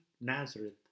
Nazareth